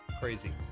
crazy